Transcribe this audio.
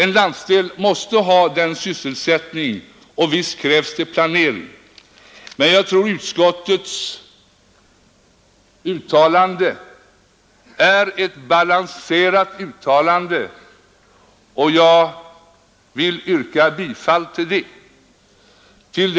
En landsdel måste ha sysselsättning, och visst krävs planering. Utskottets uttalande förefaller mig vara balanserat, och jag yrkar bifall till dess hemställan.